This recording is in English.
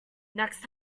next